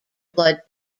blood